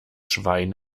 schwein